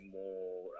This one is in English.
more